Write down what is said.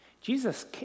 Jesus